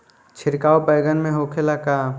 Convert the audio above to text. छिड़काव बैगन में होखे ला का?